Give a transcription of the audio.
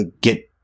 get –